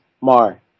Mar